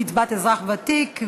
קצבת אזרח ותיק).